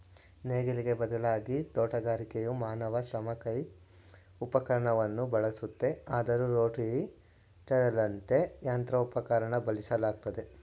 ನೇಗಿಲಿಗೆ ಬದಲಾಗಿ ತೋಟಗಾರಿಕೆಯು ಮಾನವ ಶ್ರಮ ಕೈ ಉಪಕರಣವನ್ನು ಬಳಸುತ್ತೆ ಆದರೂ ರೋಟರಿ ಟಿಲ್ಲರಂತ ಯಂತ್ರೋಪಕರಣನ ಬಳಸಲಾಗ್ತಿದೆ